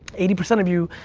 eighty percent of you,